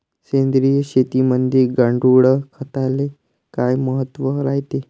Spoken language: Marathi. सेंद्रिय शेतीमंदी गांडूळखताले काय महत्त्व रायते?